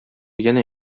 янә